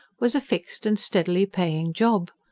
was a fixed and steadily paying job.